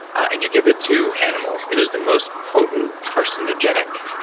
and you give it to animals, it is the most potent carcinogenic